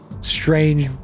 strange